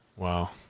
Wow